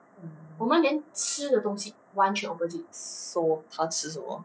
um so 她吃什么